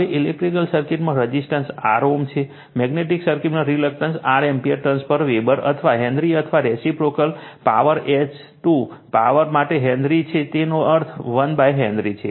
હવે ઇલેક્ટ્રિક સર્કિટમાં resistance R ohm છે મેગ્નેટિક સર્કિટમાં reluctance R ampere turns per weber અથવા હેનરી અથવા રેસિપ્રોકલ પાવર H 2 પાવર માટે હેનરી છે તેનો અર્થ 1 હેનરી છે